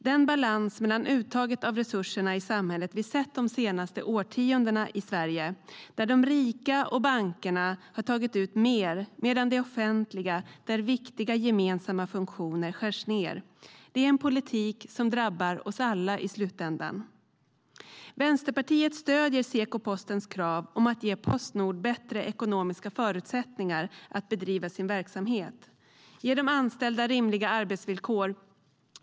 Den balans mellan uttaget av resurserna i samhället som vi har sett under de senaste årtiondena i Sverige, där de rika och bankerna har tagit ut mer och mer medan viktiga gemensamma funktioner skärs ned i det offentliga, är en politik som drabbar oss alla i slutänden. Vänsterpartiet stöder Seko och postens krav på att ge Postnord bättre ekonomiska förutsättningar att bedriva sin verksamhet och ge de anställa rimliga arbetsvillkor.